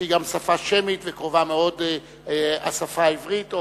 שהיא גם שפה שמית וקרובה מאוד לשפה העברית,